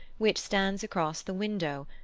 which stands across the window,